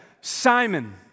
Simon